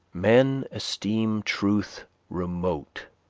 men esteem truth remote,